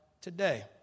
today